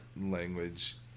language